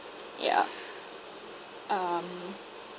yeah um